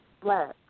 black